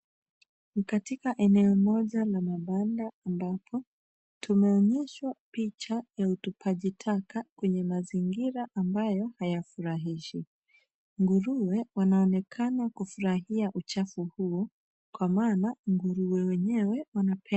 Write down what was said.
Ni katika eneo moja la mabanda ambapo tumeonyeshwa picha ya utupaji taka kwenye mazingira ambayo hayafurahishi ,nguruwe wanaonekana kufurahia uchafu huu kwa maana nguruwe wenyewe wanapenda.